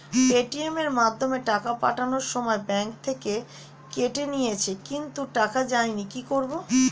Paytm এর মাধ্যমে টাকা পাঠানোর সময় ব্যাংক থেকে কেটে নিয়েছে কিন্তু টাকা যায়নি কি করব?